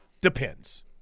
Depends